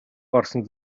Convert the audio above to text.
гарсан